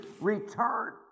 return